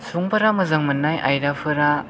सुबुंफोरा मोजां मोननाय आयदाफोरा